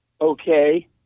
okay